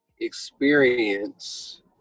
experience